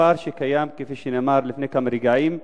כפר שקיים, כפי שנאמר לפני כמה רגעים,